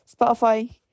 Spotify